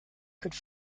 could